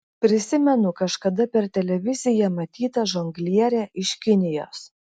prisimenu kažkada per televiziją matytą žonglierę iš kinijos